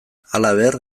halaber